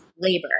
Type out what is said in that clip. labor